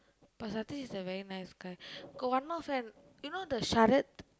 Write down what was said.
but Satish is a very nice guy got one more friend you know the Sharath